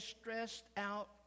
stressed-out